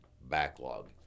backlog